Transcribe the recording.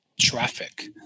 traffic